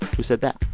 who said that